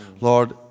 Lord